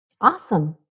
Awesome